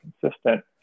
consistent